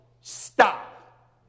stop